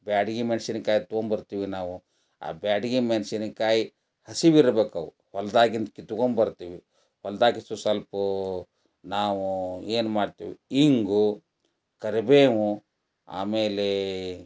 ಬ್ಯಾಡಗಿ ಮೆಣ್ಸಿನ್ಕಾಯಿ ತಗೊಂಡ್ಬರ್ತೀವಿ ನಾವು ಆ ಬ್ಯಾಡಗಿ ಮೆಣ್ಸಿನ್ಕಾಯಿ ಹಸಿಗೆ ಇರ್ಬೇಕು ಅವು ಹೊಲ್ದಾಗಿಂದ ಕಿತ್ಕೊಂಡ್ಬರ್ತೀವಿ ಹೊಲ್ದಾಗ ಸ್ವಲ್ಪು ನಾವೂ ಏನು ಮಾಡ್ತೀವಿ ಹಿಂಗು ಕರಿಬೇವು ಆಮೇಲೆ